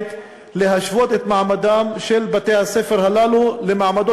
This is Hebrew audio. חד-משמעית להשוות את מעמדם של בתי-הספר הללו למעמדו